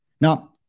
Now